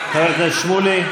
חבר הכנסת שמולי.